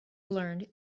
learned